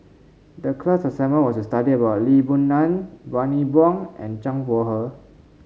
the class assignment was to study about Lee Boon Ngan Bani Buang and Zhang Bohe